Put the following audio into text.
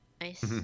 Nice